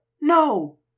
No